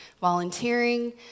volunteering